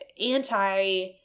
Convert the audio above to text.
anti